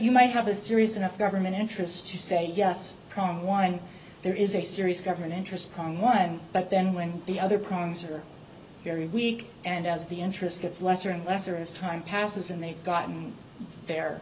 you might have a serious enough government interest to say yes problem one there is a serious government interest coming one but then when the other problems are very weak and as the interest gets lesser and lesser as time passes and they've gotten the